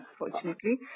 unfortunately